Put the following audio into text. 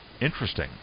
interesting